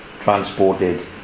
transported